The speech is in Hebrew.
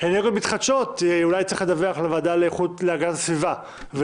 אנרגיות מתחדשות אולי צריך לדווח למשרד להגנת הסביבה.